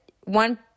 one